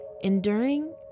Enduring